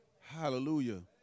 Hallelujah